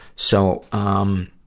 so, um,